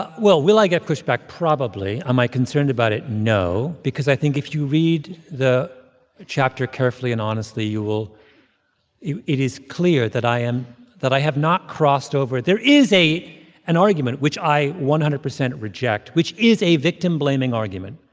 but well, will i get pushback? probably. am i concerned about it? no. because i think if you read the chapter carefully and honestly, you will it is clear that i am that i have not crossed over. there is an argument, which i one hundred percent reject, which is a victim-blaming argument.